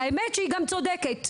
והאמת, היא גם צודקת.